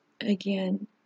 again